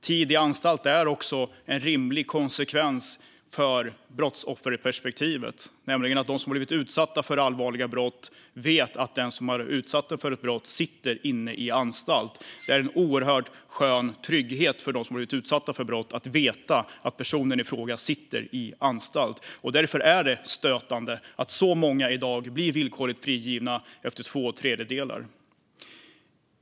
Tid i anstalt är också en rimlig konsekvens utifrån brottsofferperspektivet, nämligen att de som har blivit utsatta för allvarliga brott vet att den som har utsatt dem sitter i anstalt. Det är en oerhört skön trygghet för dem som har blivit utsatta för brott att veta att personen i fråga sitter i anstalt. Därför är det stötande att så många i dag blir villkorligt frigivna efter två tredjedelar av tiden.